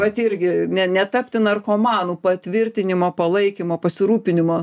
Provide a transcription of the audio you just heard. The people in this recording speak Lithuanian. vat irgi ne netapti narkomanu patvirtinimo palaikymo pasirūpinimo